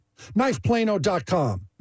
Knifeplano.com